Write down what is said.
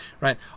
right